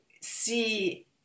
see